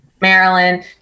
maryland